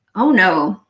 oh, no,